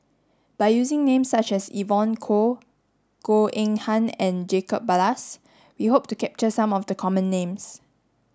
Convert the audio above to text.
by using names such as Evon Kow Goh Eng Han and Jacob Ballas we hope to capture some of the common names